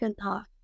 enough